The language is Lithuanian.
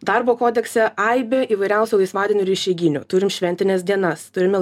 darbo kodekse aibė įvairiausių laisvadienių ir išeiginių turim šventines dienas turime